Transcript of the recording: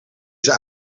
voor